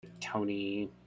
tony